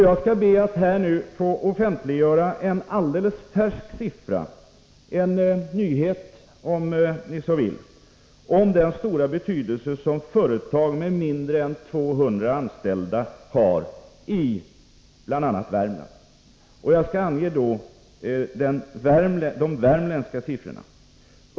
Jag skall be att nu få offentliggöra en alldeles färsk sifferuppgift— en nyhet, om ni så vill — som illustrerar den stora betydelse som företag med mindre än 200 anställda har i bl.a. Värmland. Jag skall ange de värmländska siffrorna.